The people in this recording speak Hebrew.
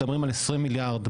מדברים על 20 מיליארד.